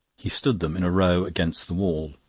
he stood them in a row against the wall.